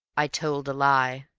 i told a lie.